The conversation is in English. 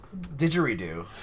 Didgeridoo